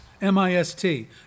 M-I-S-T